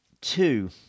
two